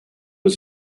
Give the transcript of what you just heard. was